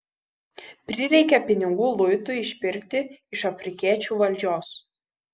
prireikė pinigų luitui išpirkti iš afrikiečių valdžios